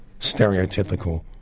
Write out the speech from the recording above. stereotypical